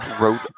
wrote